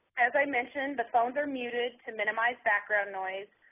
as i mentioned, the phones are muted to minimize background noise.